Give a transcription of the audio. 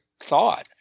thought